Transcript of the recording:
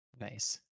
Nice